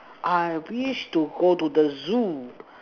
I wish to go to the zoo